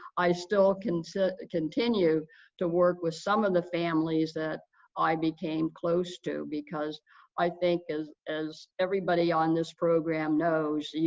i still can continue to work with some of the families that i became close to because i think as as everybody on this program knows,